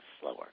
slower